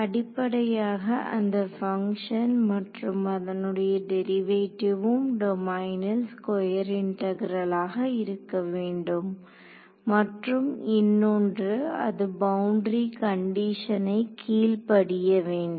அடிப்படையாக அந்த பங்க்ஷன் மற்றும் அதனுடைய டெரிவேட்டிவும் டொமைனில் ஸ்கொயர் இன்டகரலாக இருக்க வேண்டும் மற்றும் இன்னொன்று அது பவுண்டரி கண்டிஷனை கீழ்படிய வேண்டும்